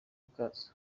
bwazo